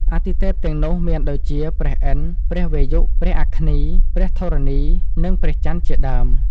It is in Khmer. អាទិទេពទាំងនោះមានដូចជា ព្រះឥន្ទ្រ ព្រះវាយុ ព្រះអគ្នី ព្រះធរណី និងព្រះចន្ទ្រ ជាដើម។